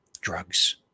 drugs